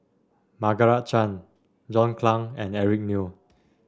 Margaret Chan John Clang and Eric Neo